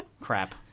Crap